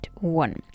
one